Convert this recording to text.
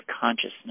consciousness